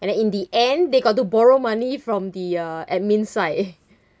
and then in the end they got to borrow money from the uh admin side